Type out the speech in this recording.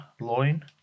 loin